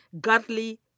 godly